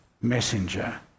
messenger